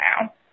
now